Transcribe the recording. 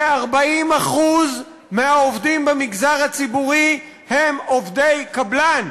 כ-40% מהעובדים במגזר הציבורי הם עובדי קבלן.